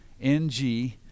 ng